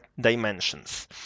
dimensions